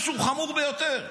משהו חמור ביותר.